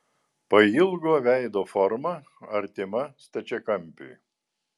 pailgo veido forma artima stačiakampiui